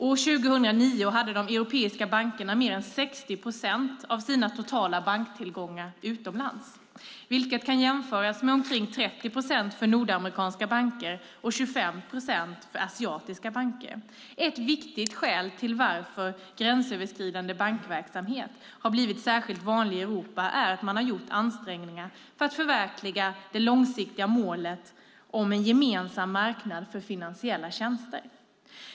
År 2009 hade de europeiska bankerna mer än 60 procent av sina totala banktillgångar utomlands, vilket kan jämföras med omkring 30 procent för nordamerikanska banker och 25 procent för asiatiska banker. Ett viktigt skäl till att gränsöverskridande bankverksamhet har blivit särskilt vanlig i Europa är att man har gjort ansträngningar för att förverkliga det långsiktiga målet om en gemensam marknad för finansiella tjänster.